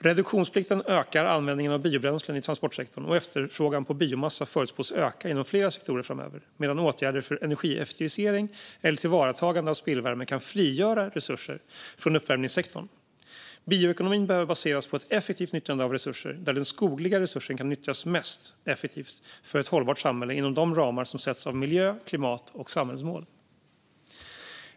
Reduktionsplikten ökar användningen av biobränslen i transportsektorn, och efterfrågan på biomassa förutspås öka inom flera sektorer framöver medan åtgärder för energieffektivisering eller tillvaratagande av spillvärme kan frigöra resurser från uppvärmningssektorn. Bioekonomin behöver baseras på ett effektivt nyttjande av resurser, där den skogliga resursen kan nyttjas mest effektivt för ett hållbart samhälle inom de ramar som sätts av miljö, klimat och samhällsmål.